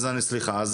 אז סליחה.